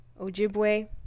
Ojibwe